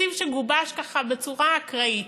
תקציב שגובש ככה בצורה אקראית,